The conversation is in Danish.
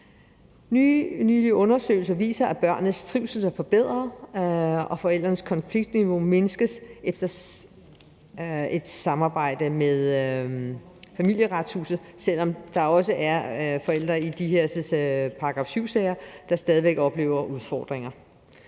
Nylige undersøgelser viser, at børnenes trivsel er forbedret og forældrenes konfliktniveau mindskes efter et samarbejde med Familieretshuset, selv om der også er forældre i de her § 7-sager, der stadig væk oplever udfordringer.